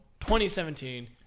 2017